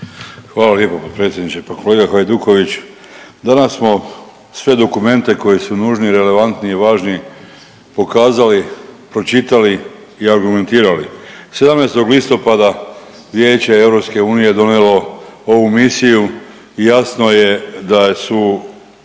Hvala lijepo potpredsjedniče. Pa kolega Hajduković danas smo sve dokumente koji su nužni, relevantni i važni pokazali, pročitali i argumentirali, 17. listopada Vijeće EU donijelo ovu misiju i jasno je da su